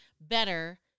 better